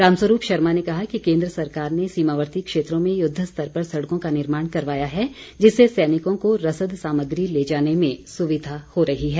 राम स्वरूप शर्मा ने कहा कि केन्द्र सरकार ने सीमावर्ती क्षेत्रों में युद्वस्तर पर सड़कों का निर्माण करवाया है जिससे सैनिकों को रसद सामग्री ले जाने में सुविधा हो रही है